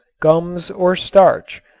gums or starch,